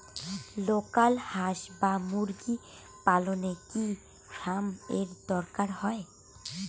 Local হাস বা মুরগি পালনে কি ফার্ম এর দরকার হয়?